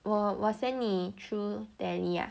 我 Whatsapp 你 through Telegram ah